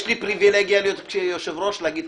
יש לי פריבילגיה כיושב-ראש לומר כך: